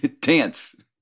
dance